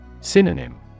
Synonym